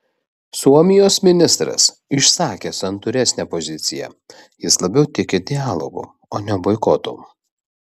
suomijos ministras išsakė santūresnę poziciją jis labiau tiki dialogu o ne boikotu